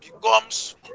becomes